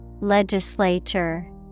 Legislature